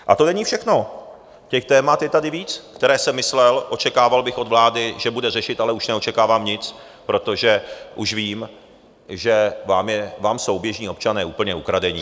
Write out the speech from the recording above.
A to není všechno, těch témat je tady víc, která jsem myslel, očekával bych od vlády, že bude řešit, ale už neočekávám nic, protože už vím, že vám jsou běžní občané úplně ukradení.